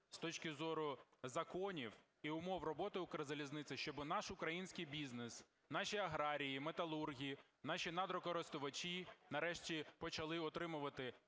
з точки зору законів і умов роботи Укрзалізниці, щоби наш український бізнес, наші аграрії, металурги, наші надрокористувачі нарешті почали отримувати якісну